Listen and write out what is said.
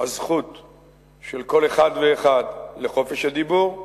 הזכות של כל אחד ואחד לחופש הדיבור,